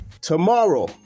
Tomorrow